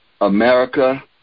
America